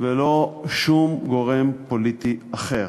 ולא שום גורם פוליטי אחר.